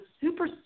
super